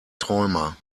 träumer